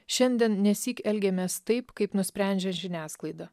šiandien nesyk elgiamės taip kaip nusprendžia žiniasklaida